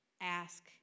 ask